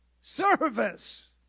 service